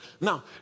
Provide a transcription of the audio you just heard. Now